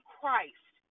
Christ